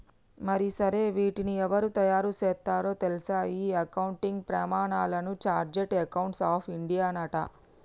మరి సరే వీటిని ఎవరు తయారు సేత్తారో తెల్సా ఈ అకౌంటింగ్ ప్రమానాలను చార్టెడ్ అకౌంట్స్ ఆఫ్ ఇండియానట